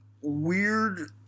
weird